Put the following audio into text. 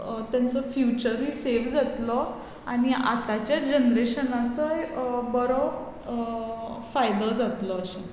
तांचो फ्युचरूय सेफ जातलो आनी आतांच्या जनरेशनाचोय बरो फायदो जातलो अशें